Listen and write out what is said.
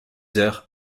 heures